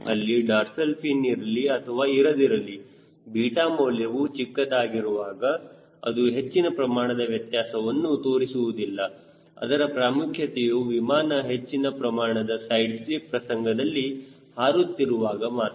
ಅಲ್ಲಿ dorsal fin ಇರಲಿ ಅಥವಾ ಇರದಿರಲಿ 𝛽 ಮೌಲ್ಯವು ಚಿಕ್ಕದಿರುವಾಗ ಅದು ಹೆಚ್ಚಿನ ಪ್ರಮಾಣದ ವ್ಯತ್ಯಾಸವನ್ನು ತೋರಿಸುವುದಿಲ್ಲ ಅದರ ಪ್ರಾಮುಖ್ಯತೆಯು ವಿಮಾನವು ಹೆಚ್ಚಿನ ಪ್ರಮಾಣದ ಸೈಡ್ ಸ್ಲಿಪ್ ಪ್ರಸಂಗದಲ್ಲಿ ಹಾರುತ್ತಿರುವಾಗ ಮಾತ್ರ